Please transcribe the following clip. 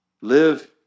Live